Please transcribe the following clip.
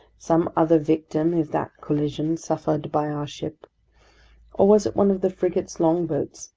some other victim of that collision suffered by our ship? or was it one of the frigate's longboats,